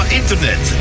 internet